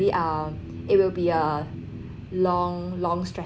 it will be a long long strategy lah